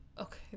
Okay